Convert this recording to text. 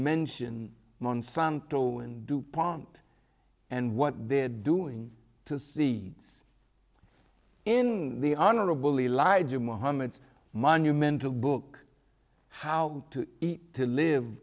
mention monsanto and dupont and what they're doing to see in the honorable elijah muhammad monument to book how to eat to live